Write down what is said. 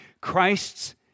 Christ's